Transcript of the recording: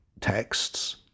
texts